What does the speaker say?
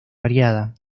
variada